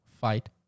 fight